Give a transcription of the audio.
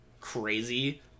crazy